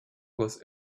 was